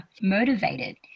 motivated